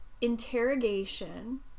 interrogation